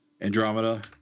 andromeda